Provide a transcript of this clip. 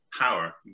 power